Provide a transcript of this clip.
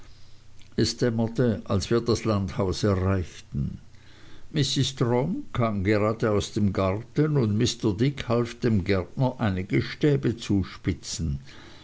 es dämmerte als wir das landhaus erreichten mrs strong kam gerade aus dem garten und mr dick half dem gärtner einige stäbe zuspitzen